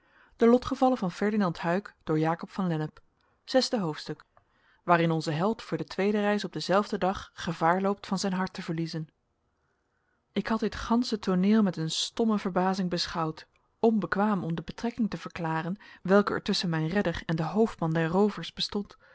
zesde hoofdstuk waarin onze held voor de tweede reis op denzelfden dag gevaar loopt van zijn hart te verliezen ik had dit gansche tooneel met een stomme verbazing beschouwd onbekwaam om de betrekking te verklaren welke er tusschen mijn redder en den hoofdman der roovers bestond